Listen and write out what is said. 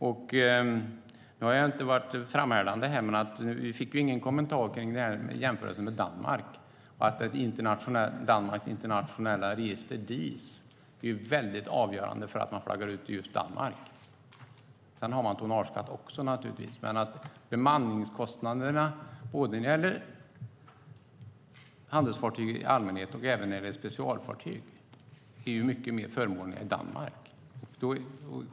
Jag har inte framhärdat i denna fråga, men vi fick inte någon kommentar om jämförelsen med Danmark och Danmarks internationella register DIS. Det är avgörande för att man flaggar ut i Danmark. Sedan har Danmark tonnageskatt också, men bemanningskostnaderna för handelsfartyg i allmänhet och specialfartyg är mer förmånliga i Danmark.